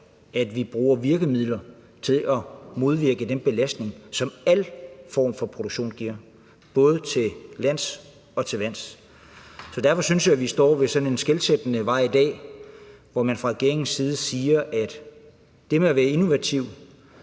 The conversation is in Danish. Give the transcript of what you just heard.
at vi bruger virkemidler til at modvirke den belastning, som al form for produktion giver, både til lands og til vands. Så derfor synes jeg, vi står ved sådan en skillevej i dag, hvor man fra regeringens side siger, at det med at være innovativ,